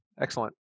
excellent